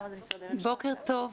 בוקר טוב,